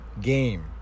game